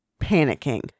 panicking